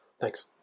Thanks